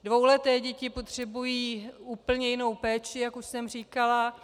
Dvouleté děti potřebují úplně jinou péči, jak už jsem říkala.